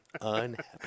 Unhappy